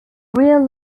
real